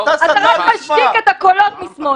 אתה רק משתיק את הקולות משמאל.